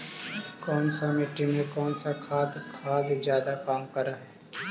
कौन सा मिट्टी मे कौन सा खाद खाद जादे काम कर हाइय?